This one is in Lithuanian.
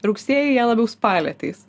rugsėjį jie labiau spalį ateis